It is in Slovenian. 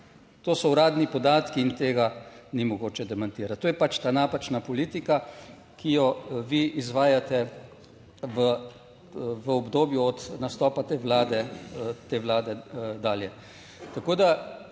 To so uradni podatki in tega ni mogoče demantirati. To je pač ta napačna politika, ki jo vi izvajate v obdobju od nastopa te Vlade, te Vlade dalje.